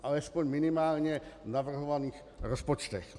Alespoň v minimálně navrhovaných rozpočtech.